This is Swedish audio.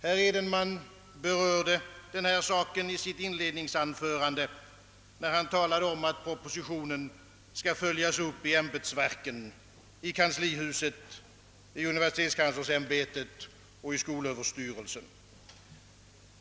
Herr Edenman berörde detta förhållande i sitt inledningsanförande, när han talade om att propositionen skall följas upp i ämbetsverken, i kanslihuset, i universitetskanslersämbetet och i skolöverstyrelsen.